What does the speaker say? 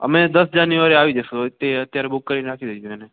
અમે દસ જાન્યુઆરી આવી જશું તે અત્યારે બુક કરી નાખી દેજો એને